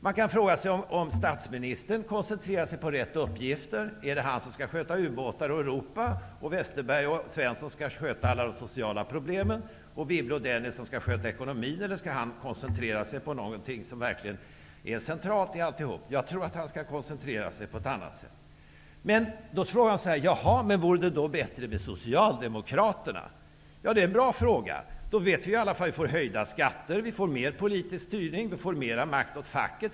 Man kan fråga sig om statsministern koncentrerar sig på rätt uppgifter. Är det han som skall sköta u-båtar och Europa, Westerberg och Svensson som skall sköta alla de sociala problemen och Wibble och Dennis ekonomin, eller skall han koncentrera sig på någonting som verkligen är centralt? Jag tror att han skall koncentrera sig på ett annat sätt. Då frågar man så här: Vore det bättre med Socialdemokraterna? Det är en bra fråga. Då vet vi i alla fall att vi får höjda skatter. Vi får mer politisk styrning. Vi får mer makt åt facket.